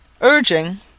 urging